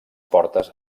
portes